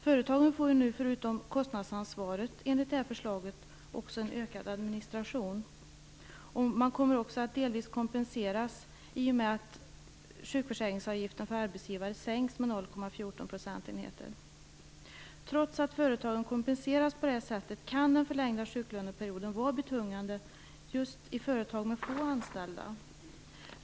Företagen får nu förutom kostnadsansvaret enligt detta förslag också en ökad administration. Man kommer då att delvis kompenseras i och med att sjukförsäkringsavgiften för arbetsgivare sänks med 0,14 Trots att företagen kompenseras på det här sättet kan den förlängda sjuklöneperioden vara betungande just i företag med få anställda.